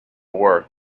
work